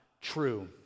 true